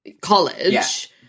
college